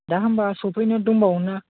दा होनबा सफैनो दंबावोना